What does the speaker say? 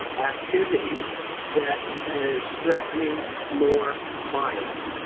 um activity that. is threatening more violence.